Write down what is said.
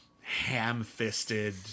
ham-fisted